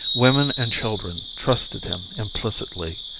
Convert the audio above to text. women and children trusted him implicitly,